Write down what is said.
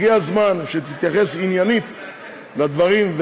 הגיע הזמן שתתייחס עניינית לדברים,